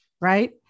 right